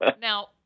Now